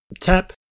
tap